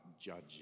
judging